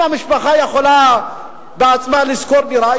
אם המשפחה יכולה בעצמה לשכור דירה,